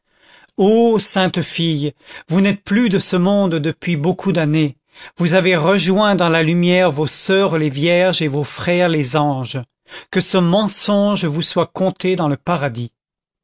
ô sainte fille vous n'êtes plus de ce monde depuis beaucoup d'années vous avez rejoint dans la lumière vos soeurs les vierges et vos frères les anges que ce mensonge vous soit compté dans le paradis